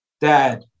Dad